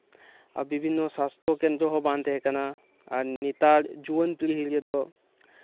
ᱟᱨ ᱵᱤᱵᱷᱤᱱᱱᱚ ᱥᱟᱥᱛᱷᱚ ᱠᱮᱱᱫᱽᱨᱚ ᱦᱚᱸ ᱵᱟᱝ ᱛᱟᱸᱦᱮ ᱠᱟᱱᱟ ᱟᱨ ᱱᱮᱛᱟᱨ ᱡᱩᱣᱟᱹᱱ ᱯᱤᱲᱦᱤ ᱨᱮᱫᱚ